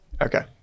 Okay